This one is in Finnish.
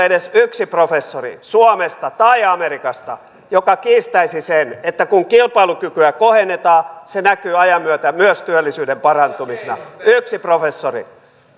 edes yksi professori suomesta tai amerikasta joka kiistäisi sen että kun kilpailukykyä kohennetaan se näkyy ajan myötä myös työllisyyden parantumisena yksi professori